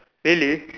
really